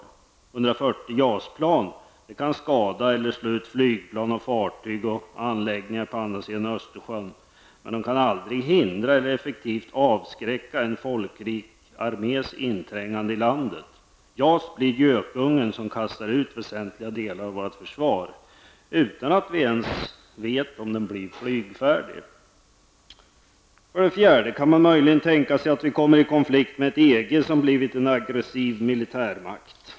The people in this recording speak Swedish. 140 JAS-plan kan skada eller slå ut flygplan och fartyg samt anläggningar på andra sidan Östersjön, men de kan aldrig hindra eller effektivt avskräcka en folkrik armés inträngande i landet. JAS blir gökungen som kastar ut väsentliga delar av vårt försvar utan att vi ens vet om den blir flygfärdig. För det fjärde kan man möjligen tänka sig att vi kommer i konflikt med ett EG som blivit en aggressiv militärmakt.